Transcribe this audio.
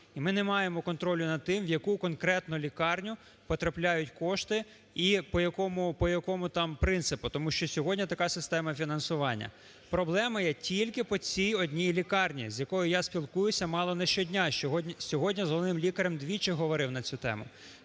і ми не маємо контролю над тим, в яку конкретно лікарню потрапляють кошти і по якому там принципу, тому що сьогодні така система фінансування. Проблеми є тільки по цій одній лікарні з якою я спілкуюсь мало не щодня, сьогодні дзвонив з лікарем двічі говорив на цю тему.